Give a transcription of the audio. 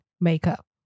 makeup